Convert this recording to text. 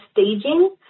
staging